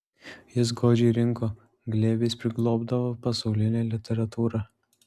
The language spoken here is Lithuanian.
jis godžiai rinko glėbiais priglobdavo pasaulinę literatūrą